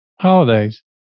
holidays